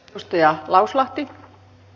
arvoisa puhemies